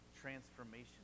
Transformation